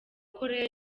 koreya